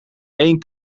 eén